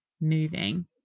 moving